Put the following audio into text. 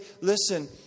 listen